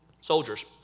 Soldiers